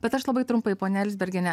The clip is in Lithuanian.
bet aš labai trumpai ponia elzbergiene